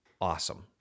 awesome